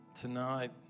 tonight